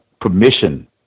permission